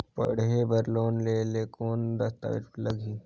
पढ़े बर लोन लहे ले कौन दस्तावेज लगही?